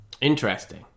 Interesting